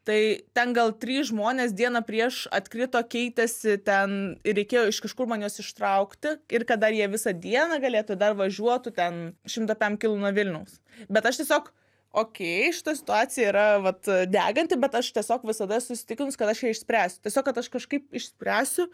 tai ten gal trys žmonės dieną prieš atkrito keitėsi ten reikėjo iš kažkur man juos ištraukti ir kad dar jie visą dieną galėtų ir dar važiuotų ten šimtą pem kilų nuo vilniaus bet aš tiesiog okėj šita situacija yra vat deganti bet aš tiesiog visada esu įsitikinus kad aš ją išspręsiu tiesiog kad aš kažkaip išspręsiu